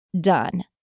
done